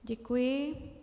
Děkuji.